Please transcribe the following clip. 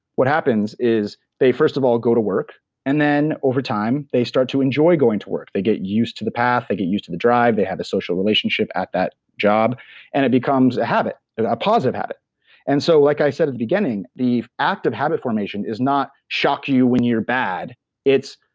what happens is, they first of all, go to work and then, over time, they start to enjoy going to work. they get used to the path, they get used to the drive, they have a social relationship at that job and it becomes a habit. a positive habit and so like i said at the beginning, the act of habit formation is not shock you when you're bad it's,